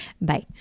bye